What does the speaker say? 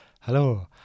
Hello